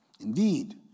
Indeed